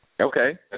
okay